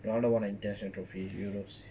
ronaldo won an internation trophy euros